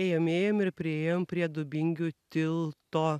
ėjom ėjom ir priėjom prie dubingių tilto